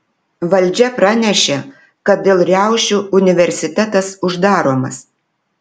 valdžia pranešė kad dėl riaušių universitetas uždaromas